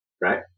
right